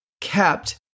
kept